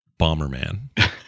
Bomberman